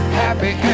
happy